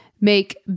make